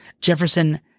Jefferson